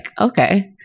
okay